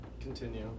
Continue